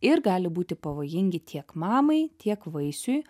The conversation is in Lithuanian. ir gali būti pavojingi tiek mamai tiek vaisiui